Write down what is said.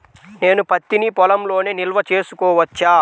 నేను పత్తి నీ పొలంలోనే నిల్వ చేసుకోవచ్చా?